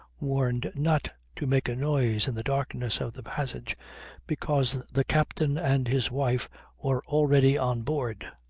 warned not to make a noise in the darkness of the passage because the captain and his wife were already on board.